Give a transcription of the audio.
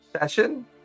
session